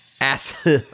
Ass